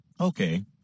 Okay